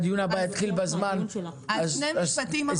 אז שני משפטים אחרונים.